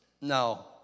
No